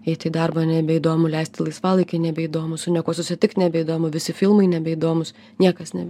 eit į darbą nebeįdomu leisti laisvalaikį nebeįdomu su niekuo susitikt nebeįdomu visi filmai nebeįdomūs niekas ne